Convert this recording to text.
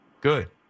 Good